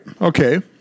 Okay